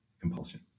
compulsion